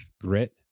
grit